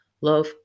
love